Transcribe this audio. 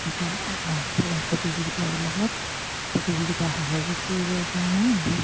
শিকাই প্ৰতিযোগিতাবিলাকত প্ৰতিযোগিতা সহযোগ কৰিবৰ কাৰণে